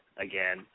again